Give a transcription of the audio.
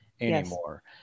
anymore